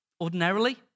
ordinarily